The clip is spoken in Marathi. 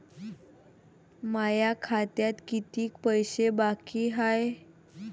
माया खात्यात कितीक पैसे बाकी हाय?